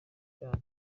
cyane